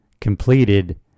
completed